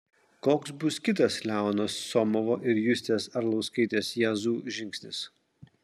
koks bus kitas leono somovo ir justės arlauskaitės jazzu žingsnis